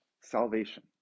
salvation